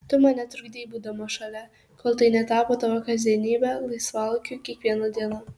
tu man netrukdei būdama šalia kol tai netapo tavo kasdienybe laisvalaikiu kiekviena diena